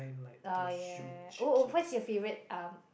ah ya oh oh what's your favourite um